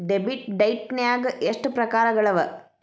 Debit ಡೈಟ್ನ್ಯಾಗ್ ಎಷ್ಟ್ ಪ್ರಕಾರಗಳವ?